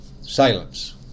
Silence